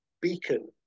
beacon